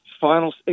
final